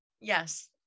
Yes